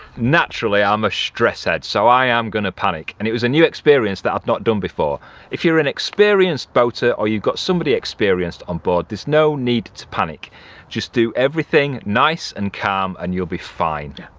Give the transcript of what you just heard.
naturally i'm a stress head so i am gonna panic and it was a new experience that i've not done before if you're an experienced boater or you've got somebody experienced onboard there's no need to panic just do everything nice and calm and you'll be fine.